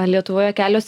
lietuvoje kelios